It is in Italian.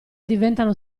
diventano